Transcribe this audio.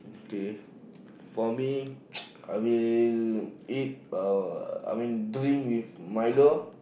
okay for me I will eat uh I mean drink with milo